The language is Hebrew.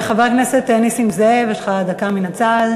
חבר הכנסת נסים זאב, יש לך דקה, מן הצד.